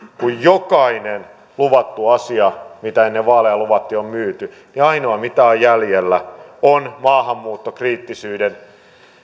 kun jokainen luvattu asia mikä ennen vaaleja luvattiin on myyty niin ainoa mitä on jäljellä on maahanmuuttokriittisyyden